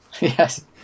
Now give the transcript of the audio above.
Yes